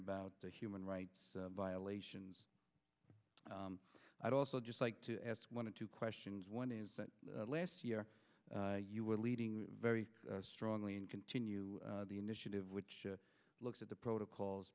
about the human rights violations i'd also just like to ask one of two questions one is that last year you were leading very strongly and continue the initiative which looks at the protocols